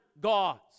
gods